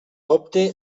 opte